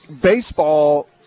baseball